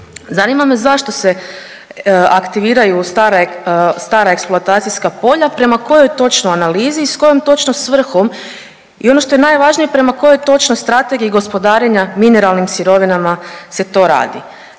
Zanima me zašto se aktiviraju stara eksploatacijska polja prema kojoj točno analizi i s kojom točno svrhom i ono što je najvažnije prema kojoj točno strategiji gospodarenja mineralnim sirovinama se to radi?